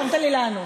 אתה נותן לי לענות,